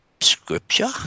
scripture